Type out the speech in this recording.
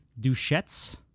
Duchette's